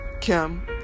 Kim